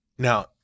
Now